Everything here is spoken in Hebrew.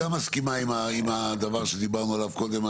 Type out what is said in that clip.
אבל את גם מסכימה עם הדבר שדיברנו עליו קודם,